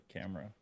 camera